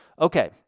Okay